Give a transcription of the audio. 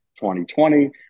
2020